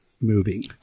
Moving